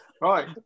Right